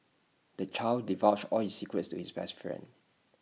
the child divulged all his secrets to his best friend